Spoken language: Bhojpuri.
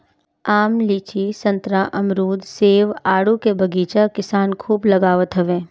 आम, लीची, संतरा, अमरुद, सेब, आडू के बगीचा किसान खूब लगावत हवे